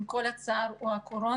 עם כל הצער, הוא הקורונה.